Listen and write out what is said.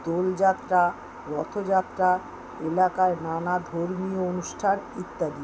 দোলযাত্রা রথযাত্রা এলাকায় নানা ধর্মীয় অনুষ্ঠান ইত্যাদি